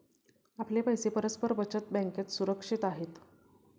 आपले पैसे परस्पर बचत बँकेत सुरक्षित आहेत